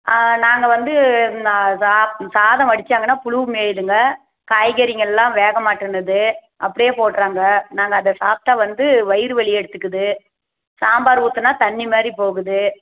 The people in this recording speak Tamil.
நாங்கள் வந்து நான் சா ம் சாதம் வடிச்சாங்கன்னா புலுவு மேயுதுங்க காய்கறிங்க எல்லாம் வேக மாட்டேன்னுது அப்படியே போடுறாங்க நாங்கள் அதை சாப்பிட்டா வந்து வயிறு வலியை எடுத்துக்குது சாம்பார் ஊற்றுனா தண்ணி மாதிரி போகுது